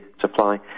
supply